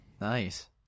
Nice